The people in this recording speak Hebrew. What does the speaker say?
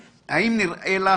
האם גם זה הפרה של סודיות